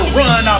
run